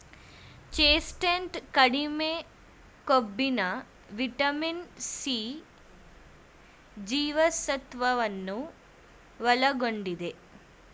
chestnut ಕಡಿಮೆ ಕೊಬ್ಬಿನ vitamin C ಜೀವಸತ್ವವನ್ನು ಒಳಗೊಂಡಿದೆ